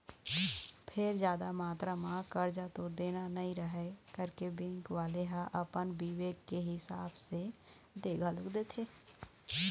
फेर जादा मातरा म करजा तो देना नइ रहय करके बेंक वाले ह अपन बिबेक के हिसाब ले दे घलोक देथे